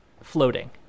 floating